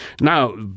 Now